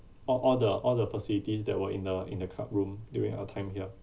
all all the all the facilities that were in the in the club room during our time here